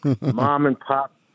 mom-and-pop